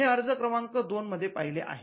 हे अर्ज क्रमांक दोन मध्ये पहिले आहे